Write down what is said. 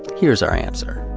here's our answer.